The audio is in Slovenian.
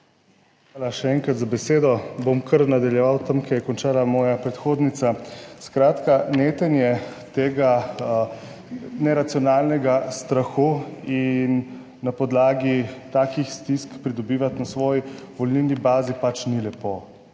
še enkrat za besedo. Bom kar nadaljeval tam, kjer je končala moja predhodnica. Skratka, netenje tega neracionalnega strahu in na podlagi takih stisk pridobivati na svoji volilni bazi pač ni lepo